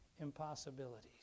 impossibilities